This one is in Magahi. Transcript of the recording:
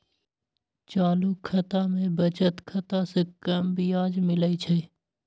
चालू खता में बचत खता से कम ब्याज मिलइ छइ